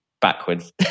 backwards